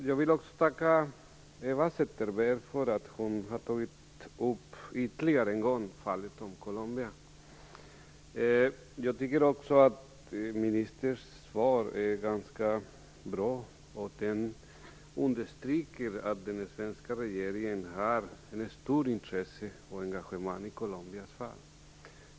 Herr talman! Också jag vill tacka Eva Zetterberg för att hon har ytterligare en gång har tagit upp fallet med Colombia. Jag tycker också att utrikesministerns svar är ganska bra. Det understryker att den svenska regeringen har stort intresse för och engagemang i Colombias fall.